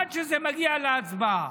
עד שזה מגיע להצבעה.